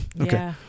Okay